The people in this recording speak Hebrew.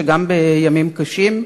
שגם בימים קשים,